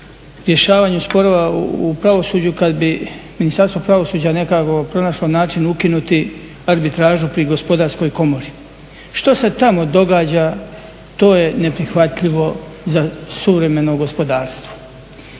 rješavanje sporova u pravosuđu kad bi Ministarstvo pravosuđa nekako pronašlo način ukinuti arbitražu pri gospodarskoj komori. Što se tamo događa, to je neprihvatljivo za suvremeno gospodarstvo.